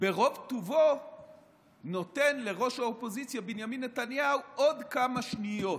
ברוב טובו נותן לראש האופוזיציה בנימין נתניהו עוד כמה שניות,